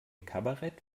kabarett